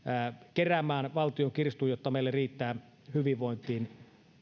keräämään valtion kirstuun jotta meille riittää hyvinvointiin